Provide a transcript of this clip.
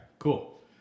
Cool